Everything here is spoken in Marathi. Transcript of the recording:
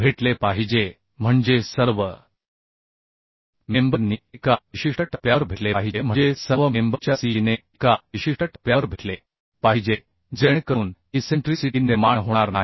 भेटले पाहिजे म्हणजे सर्व मेंबर नी एका विशिष्ट टप्प्यावर भेटले पाहिजे म्हणजे सर्व मेंबर च्या cg ने एका विशिष्ट टप्प्यावर भेटले पाहिजे जेणेकरून इसेंट्रीसिटी निर्माण होणार नाही